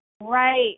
Right